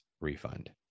refund